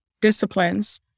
disciplines